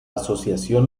asociación